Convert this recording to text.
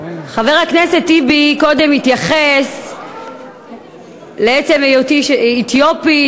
חבר הכנסת טיבי קודם התייחס לעצם היותי אתיופית,